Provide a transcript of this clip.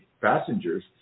passengers